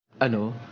ano